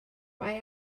mae